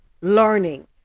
learning